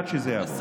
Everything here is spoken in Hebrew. עד שזה יעבור.